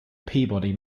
peabody